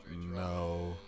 No